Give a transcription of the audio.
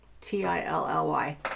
T-I-L-L-Y